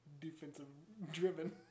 defensive-driven